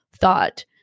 thought